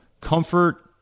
comfort